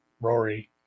Rory